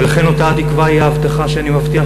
ולכן אותה התקווה היא ההבטחה שאני מבטיח